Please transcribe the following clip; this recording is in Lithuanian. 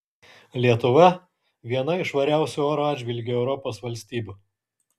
lietuva viena iš švariausių oro atžvilgiu europos valstybių